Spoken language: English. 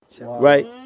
right